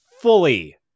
fully